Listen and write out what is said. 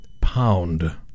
Pound